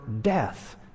death